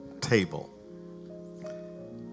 table